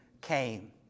came